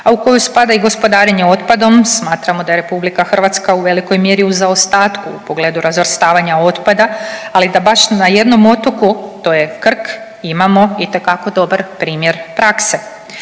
a u koju spada i gospodarenje otpadom smatramo da je Republika Hrvatska u velikoj mjeri u zaostatku u pogledu razvrstavanja otpada. Ali da baš na jednom otoku, to je Krk imamo itekako dobar primjer prakse.